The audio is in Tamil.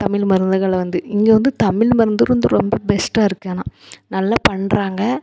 தமிழ் மருந்துகளை வந்து இங்கே வந்து தமிழ் மருந்து வந்து ரொம்ப பெஸ்ட்டாக இருக்குது ஆனால் நல்லா பண்ணுறாங்க